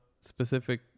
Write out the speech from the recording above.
specific